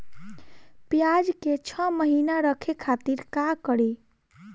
प्याज के छह महीना रखे खातिर का करी?